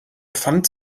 pfand